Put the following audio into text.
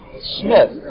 Smith